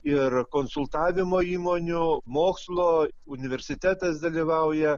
ir konsultavimo įmonių mokslo universitetas dalyvauja